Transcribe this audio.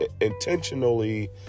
intentionally